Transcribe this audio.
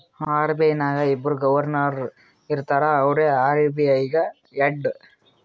RBI ನಾಗ್ ಒಬ್ಬುರ್ governor ಇರ್ತಾರ ಅವ್ರೇ ಆರ್.ಬಿ.ಐ ಗ ಹೆಡ್